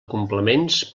complements